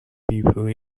people